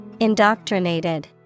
Indoctrinated